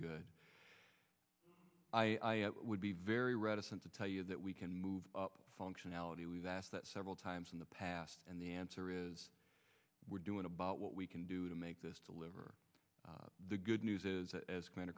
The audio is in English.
good i would be very reticent to tell you that we can move functionality we've asked that several times in the past the answer is we're doing about what we can do to make this deliver the good news is as